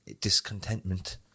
discontentment